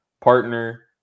partner